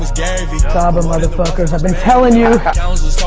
saba, mother fuckers. i've been telling you. i